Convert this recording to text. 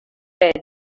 red